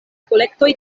kolektoj